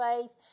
faith